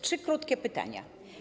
Trzy krótkie pytania.